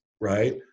right